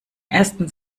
ersten